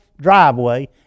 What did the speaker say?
driveway